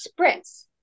spritz